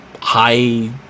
high